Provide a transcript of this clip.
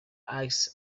axe